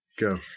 Go